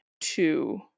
two